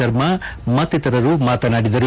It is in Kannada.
ಶರ್ಮ ಮತ್ತಿತರರು ಮಾತನಾಡಿದರು